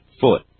foot